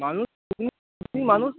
মানুষ মানুষ